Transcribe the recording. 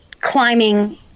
climbing